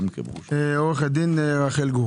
עורכת דין רחל גור